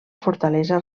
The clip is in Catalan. fortalesa